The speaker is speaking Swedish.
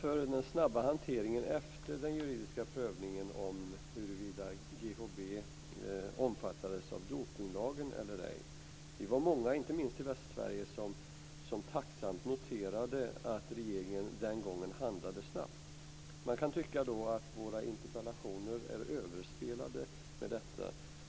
för den snabba hanteringen efter den juridiska prövningen av huruvida GHB omfattades av dopningslagen eller ej. Vi var många, inte minst i Västsverige, som tacksamt noterade att regeringen den gången handlade snabbt. Man kan tycka att våra interpellationer är överspelade med detta.